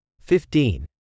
Fifteen